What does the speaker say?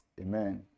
Amen